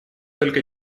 только